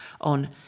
on